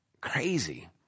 crazy